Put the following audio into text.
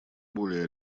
более